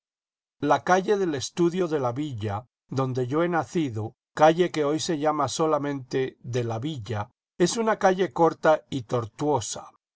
a calle del estudio de la villa donde yo he nacido calle que hoy se llama solamente de la villa es una calle corta y tortuosa